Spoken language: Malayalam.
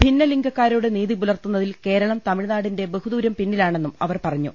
ഭിന്നലിംഗക്കാരോട് നീതി പുലർത്തുന്നതിൽ കേരളം തമിഴ്നാടിന്റെ ബഹുദൂരം പിന്നിലാണെന്നും അവർ പറഞ്ഞു